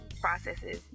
processes